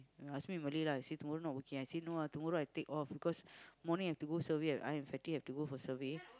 he ask me in Malay lah he say tomorrow not working ah no ah tomorrow I take off because morning have to go survey I and Fatty have to go for survey